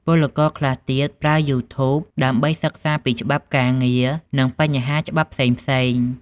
ពលករខ្លះទៀតប្រើ YouTube ដើម្បីសិក្សាពីច្បាប់ការងារ និងបញ្ហាច្បាប់ផ្សេងៗ។